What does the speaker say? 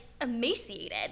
emaciated